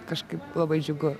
kažkaip labai džiugu